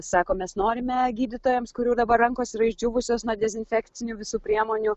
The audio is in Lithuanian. sako mes norime gydytojams kurių dabar rankos yra išdžiūvusios nuo dezinfekcinių visų priemonių